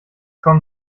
komm